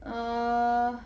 err